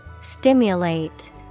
Stimulate